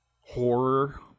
horror